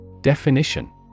Definition